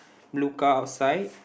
look out outside